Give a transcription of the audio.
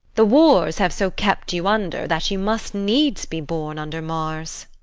the wars hath so kept you under that you must needs be born under mars.